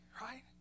right